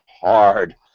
hard